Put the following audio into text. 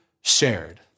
shared